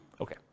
Okay